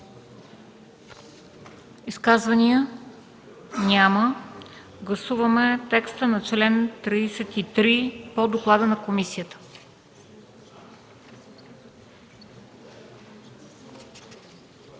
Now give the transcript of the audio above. Изказвания? Няма. Гласуваме текста на чл. 33 по доклада на комисията.